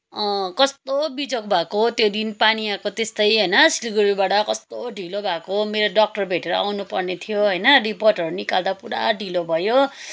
अँ कस्तो बिजोग भएको त्यो दिन पानी आएको त्यस्तै होइन सिलगढीबाट कस्तो ढिलो भएको मेरो डाक्टर भेटेर आउनुपर्ने थियो होइन रिपोर्टहरू निकाल्दा पुरा ढिलो भयो